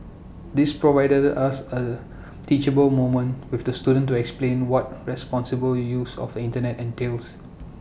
this provided us A teachable moment with the student to explain what responsible use of the Internet entails